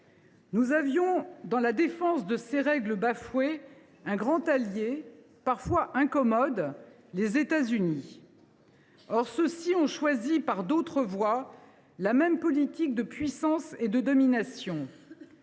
Nous avions, dans la défense de ces règles bafouées, un grand allié, parfois incommode : les États Unis. Or ceux ci ont choisi, par d’autres voies, la même politique de puissance et de domination